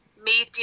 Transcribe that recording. Media